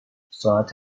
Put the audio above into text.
ساعت